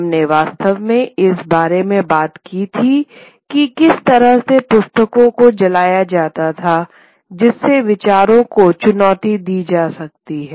हमने वास्तव में इस बारे में बात की थी कि किस तरह से पुस्तकों को जलाया जाता है जिससे विचारों को चुनौती दी जा सकती है